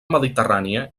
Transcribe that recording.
mediterrània